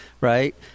right